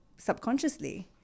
subconsciously